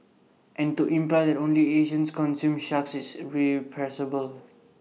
and to imply that only Asians consume sharks is